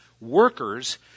workers